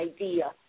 idea